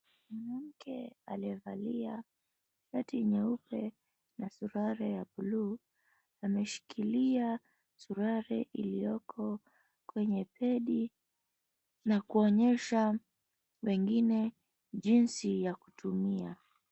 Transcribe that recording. Mwanamke aliyevalia shati nyeupe na suruali ya buluu ameshikilia suruali iliyoko kwenye begi na kuonyesha wengine jinsi ya kutumia.